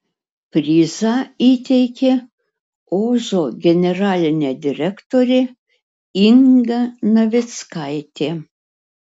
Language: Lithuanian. prizą įteikė ozo generalinė direktorė inga navickaitė